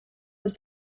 was